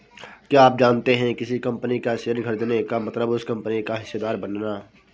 क्या आप जानते है किसी कंपनी का शेयर खरीदने का मतलब उस कंपनी का हिस्सेदार बनना?